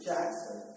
Jackson